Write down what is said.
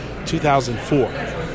2004